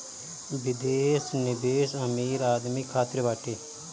विदेश निवेश अमीर आदमी खातिर बाटे